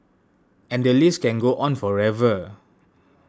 and the list can go on forever